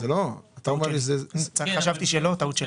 זה לא, אתה אמרת שזה --- חשבתי שלא, טעות שלי.